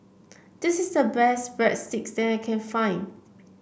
this is the best Breadsticks that I can find